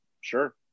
sure